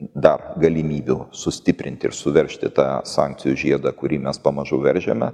dar galimybių sustiprinti ir suveržti tą sankcijų žiedą kurį mes pamažu veržiame